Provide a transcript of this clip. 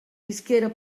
isquera